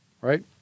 right